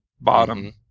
bottom